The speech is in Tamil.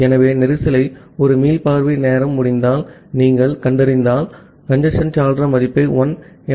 ஆகவே கஞ்சேஸ்ன் ஒரு மீள்பார்வை நேரம் முடிந்தால் நீங்கள் கண்டறிந்தால் கஞ்சேஸ்ன் சாளர மதிப்பை 1 எம்